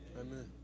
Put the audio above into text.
Amen